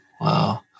wow